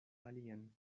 alian